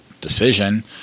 decision